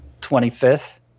25th